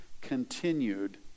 Continued